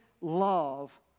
love